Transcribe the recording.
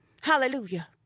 Hallelujah